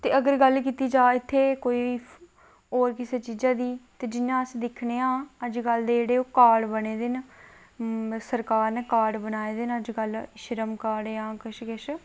ते अगर गल्ल कीती जा इत्थेैकोई होर किसै चीज़ै दी ते जि'यां अस दिक्खने आं जि'यां अजकल दे ओह् जेह्ड़े कार्ड बने दे न सरकार नै कार्ड बनाए न श्रम कार्ड जां किश किश